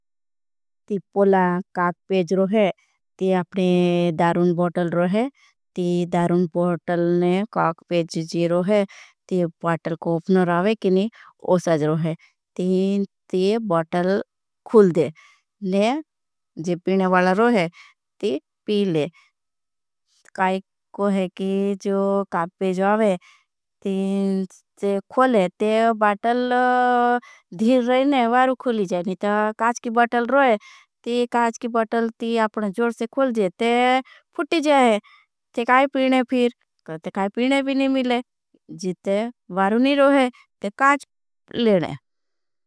पोला काक पेज रोहे ती अपने दारून बॉटल रोहे। ती दारून बॉटल ने काक पेज जी रोहे ती बॉटल को। अपना रावे कीनी ओसाज रोहे ती। बॉटल खुल दे ले जी पीने वाला रोहे ती पी ले। काक पेज। रोहे ती खुल रोहे ती बॉटल धीर रोहे। ने वाला रोहे ती काच की बॉटल रोहे ती काच की बॉटल। ती आपने जोड से खुल जे ती फुटी जे ती काई पीने फिर। ती काई पीने भी ने मिले जी ते वाला ने रोहे ती काच ले ने।